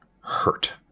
hurt